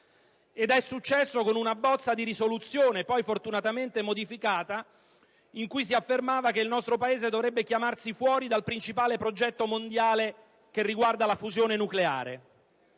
ed è successo con una bozza di risoluzione, poi fortunatamente modificata, in cui si affermava che il nostro Paese dovrebbe chiamarsi fuori dal principale progetto mondiale sulla fusione nucleare.